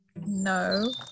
No